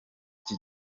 iki